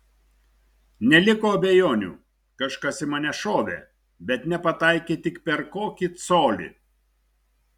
neliko abejonių kažkas į mane šovė bet nepataikė tik per kokį colį